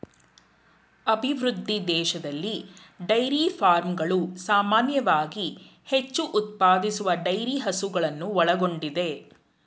ಅಭಿವೃದ್ಧಿ ದೇಶದಲ್ಲಿ ಡೈರಿ ಫಾರ್ಮ್ಗಳು ಸಾಮಾನ್ಯವಾಗಿ ಹೆಚ್ಚು ಉತ್ಪಾದಿಸುವ ಡೈರಿ ಹಸುಗಳನ್ನು ಒಳಗೊಂಡಿದೆ